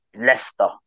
Leicester